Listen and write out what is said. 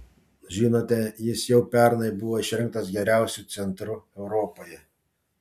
žinote jis jau pernai buvo išrinktas geriausiu centru europoje